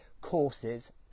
courses